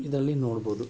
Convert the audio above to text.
ಇದರಲ್ಲಿ ನೋಡ್ಬೋದು